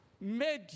made